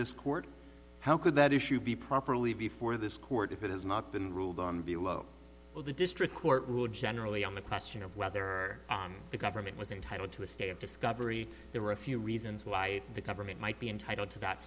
this court how could that issue be properly before this court if it has not been ruled on below will the district court rule generally on the question of whether the government was entitled to a stay of discovery there were a few reasons why the government might be entitled to that